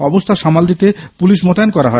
অবস্হা সামাল দিতে পুলিশ মোতায়েন করা হয়